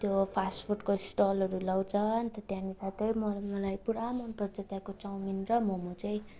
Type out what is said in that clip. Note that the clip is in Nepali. त्यो फास्टफुडको स्टलहरू लाउँछ अन्त त्यहाँनिर चाहिँ मलाई पुरा मन पर्छ त्यहाँको चौमिन र मोमो चाहिँ